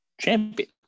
champion